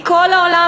מכל העולם,